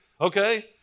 Okay